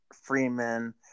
Freeman